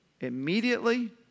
immediately